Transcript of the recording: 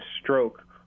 stroke